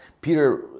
Peter